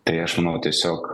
tai aš manau tiesiog